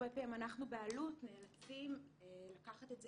הרבה פעמים אנחנו באלו"ט נאלצים לקחת את זה